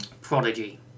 Prodigy